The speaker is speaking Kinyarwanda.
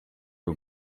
y’u